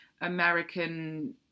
american